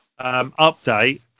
update